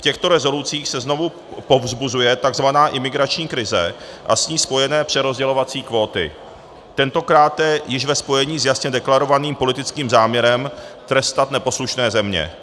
V těchto rezolucích se znovu povzbuzuje tzv. imigrační krize a s ní spojené přerozdělovací kvóty, tentokráte již ve spojení s jasně deklarovaným politickým záměrem trestat neposlušné země.